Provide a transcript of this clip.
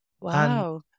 Wow